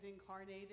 incarnated